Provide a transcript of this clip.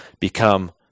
become